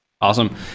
Awesome